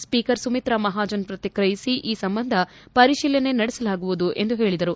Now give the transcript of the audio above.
ಸ್ಷೀಕರ್ ಸುಮಿತ್ರಾ ಮಹಾಜನ್ ಪ್ರತಿಕ್ರಿಯಿಸಿ ಈ ಸಂಬಂಧ ಪರಿಶೀಲನೆ ನಡೆಸಲಾಗುವುದು ಎಂದು ಹೇಳಿದರು